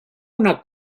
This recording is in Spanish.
una